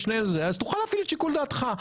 אז תוכל להפעיל את שיקול דעתך.